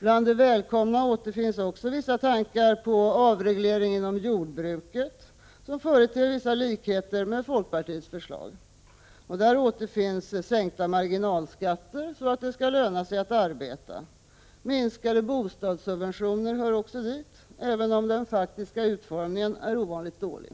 Bland det välkomna återfinns också vissa tankar på avreglering inom jordbruket, som företer vissa likheter med folkpartiets förslag. Och där återfinns sänkta marginalskatter så att det skall löna sig att arbeta. Minskade bostadssubventioner hör också hit, även om den faktiska utformningen är ovanligt dålig.